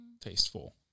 tasteful